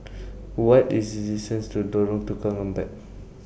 What IS The distance to Lorong Tukang Empat